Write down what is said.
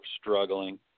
struggling